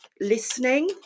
listening